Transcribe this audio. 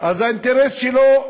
אז האינטרס שלו,